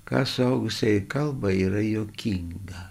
ką suaugusieji kalba yra juokinga